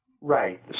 Right